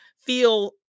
feel